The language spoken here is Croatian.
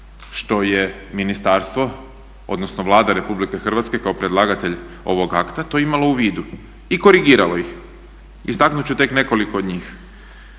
što je ministarstvo odnosno Vlada RH kao predlagatelj ovoga akta to imala u vidu i korigiralo ih. Istaknut ću tek nekoliko od njih.